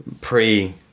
pre